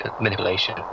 manipulation